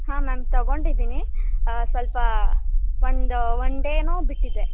ಹಾಂ ಮ್ಯಾಮ್ ತಗೊಂಡಿದ್ದೀನಿ ಸ್ವಲ್ಪ ಒಂದು ಒನ್ ಡೇ ಏನೋ ಬಿಟ್ಟಿದ್ದೆ